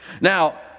now